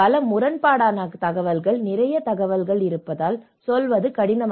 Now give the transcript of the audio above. பல முரண்பாடான தகவல்கள் நிறைய தகவல்கள் இருப்பதால் சொல்வது கடினம்